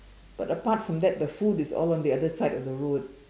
but apart from that the food is all on the other side of the road